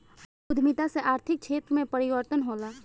उद्यमिता से आर्थिक क्षेत्र में परिवर्तन होला